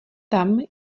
tam